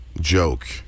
joke